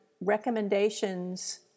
recommendations